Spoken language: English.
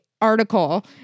article